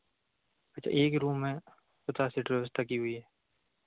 अच्छा एक ही रूम है पचास सिटर व्यवस्था की हुई है